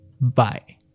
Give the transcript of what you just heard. Bye